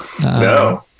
No